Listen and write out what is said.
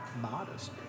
modest